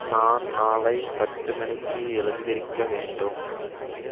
நான் நாளை பத்து மணிக்கு எழுந்திருக்க வேண்டும்